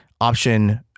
option